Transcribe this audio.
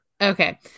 Okay